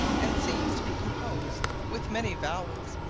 and seems to be composed with many vowels.